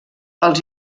els